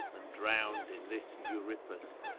and drowned in this euripus,